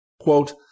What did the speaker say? quote